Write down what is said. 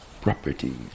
property